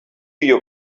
your